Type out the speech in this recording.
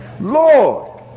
Lord